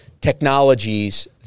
technologies